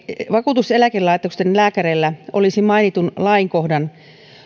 vakuutus ja eläkelaitosten lääkäreillä olisi mainitun lainkohdan